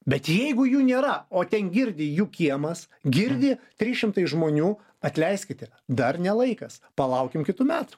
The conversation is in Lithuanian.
bet jeigu jų nėra o ten girdi jų kiemas girdi trys šimtai žmonių atleiskite dar ne laikas palaukim kitų metų